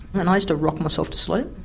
and i used to rock myself to sleep,